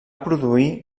produir